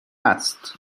است